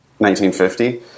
1950